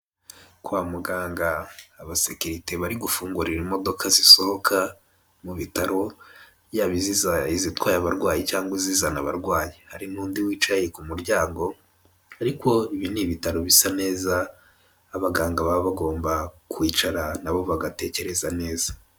Kwa muganga abasekirite bari gufungurira imodoka zisohoka mu bitaro, yaba izitwaye abarwayi cyangwa izizana abarwayi. Hari n'undi wicaye ku muryango ariko ibi ni ibitaro bisa neza, abaganga baba bagomba kwicara na bo bagatekereza neza.